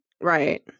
Right